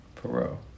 Perot